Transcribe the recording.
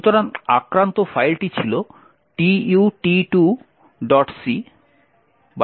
সুতরাং আক্রান্ত ফাইলটি ছিল TUT2C টিউটোরিয়াল 2